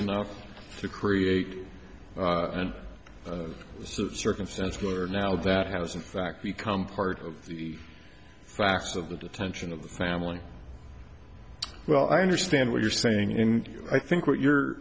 enough to create an circumstance where now that has in fact become part of the facts of the detention of the family well i understand what you're saying in i think what you're